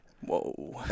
Whoa